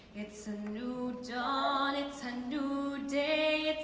it's a new dawn it's a new day. it's